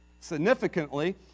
Significantly